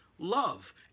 love